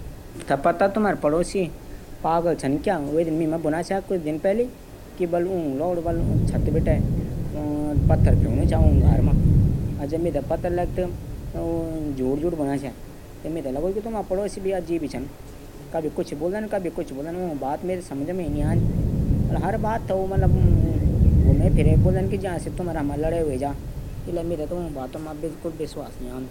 अगर मी हवाई जहाज पायलट हूदू त मी यात्रियों कू बुलु की हमरू पायलट अनुभवी चा घबरांणा बात नी चा। विश्वास रख्यां। डैर पैदा नी कारा। हम पर विश्वास राखा